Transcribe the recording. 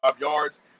yards